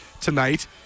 tonight